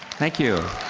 thank you.